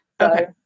okay